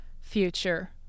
future